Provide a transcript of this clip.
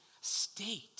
state